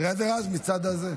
תראה איזה רעש מהצד הזה.